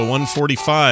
145